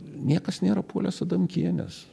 niekas nėra puolęs adamkienės